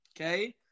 Okay